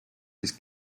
his